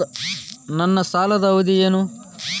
ನನ್ನ ಸಾಲದ ಅವಧಿ ಏನು?